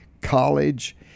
college